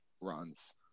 runs